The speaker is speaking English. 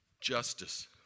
justice